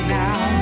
now